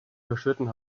überschritten